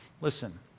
Listen